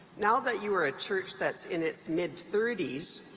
now that you are a church that's in its mid thirty s,